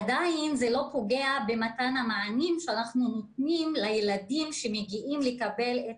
עדיין זה לא פוגע במתן המענים שאנחנו נותנים לילדים שמגיעים לקבל את